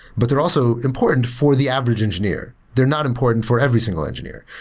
but they're also important for the average engineer. they're not important for every single engineer.